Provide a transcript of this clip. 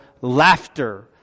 Laughter